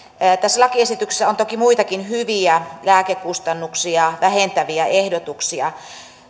tässä lakiesityksessä on toki muitakin hyviä lääkekustannuksia vähentäviä ehdotuksia